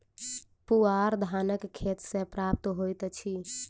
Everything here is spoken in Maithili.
पुआर धानक खेत सॅ प्राप्त होइत अछि